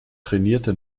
trainierte